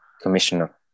Commissioner